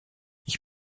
ich